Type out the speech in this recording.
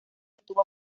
estuvo